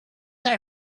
our